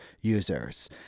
users